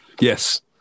Yes